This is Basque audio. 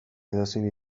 edozein